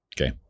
okay